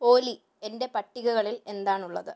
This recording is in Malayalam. ഓലി എന്റെ പട്ടികകളിൽ എന്താണുള്ളത്